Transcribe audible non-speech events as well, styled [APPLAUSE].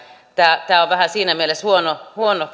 tämä korotus on vähän kyllä siinä mielessä huono [UNINTELLIGIBLE]